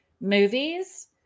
movies